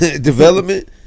Development